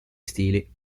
stili